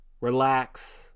relax